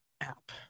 app